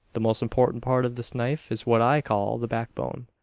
the most important part of this knife is what i call the backbone.